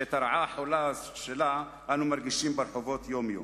שאת היותה רעה חולה אנו מרגישים ברחובות יום-יום.